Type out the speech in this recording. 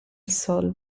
sol